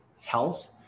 health